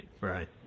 Right